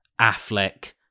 Affleck